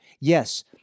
Yes